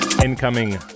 Incoming